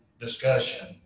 discussion